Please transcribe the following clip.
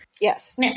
Yes